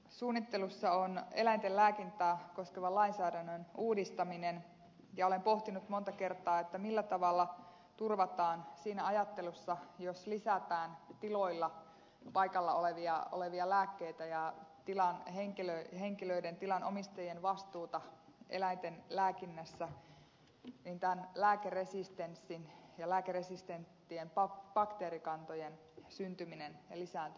suunnittelussa on eläinten lääkintää koskevan lainsäädännön uudistaminen ja olen pohtinut monta kertaa millä tavalla estetään siinä ajattelussa jos lisätään tiloilla paikalla olevia lääkkeitä ja tilan omistajien vastuuta eläinten lääkinnässä lääkeresistenssin ja lääkeresistenttien bakteerikantojen syntyminen ja lisääntyminen suomessa